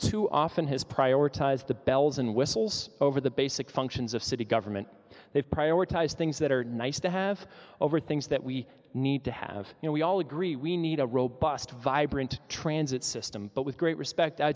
too often has prioritized the bells and whistles over the basic functions of city government they prioritize things that are nice to have over things that we need to have you know we all agree we need a robust vibrant transit system but with great respect i